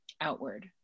outward